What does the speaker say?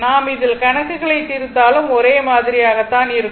நாம் இதில் கணக்குகளை தீர்த்தாலும் ஒரே மாதிரியாக தான் இருக்கும்